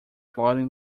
plotting